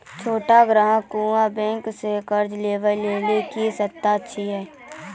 छोट ग्राहक कअ बैंक सऽ कर्ज लेवाक लेल की सर्त अछि?